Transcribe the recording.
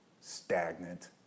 stagnant